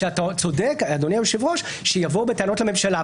אתה צודק, אדוני היושב-ראש, שיבואו בטענות לממשלה.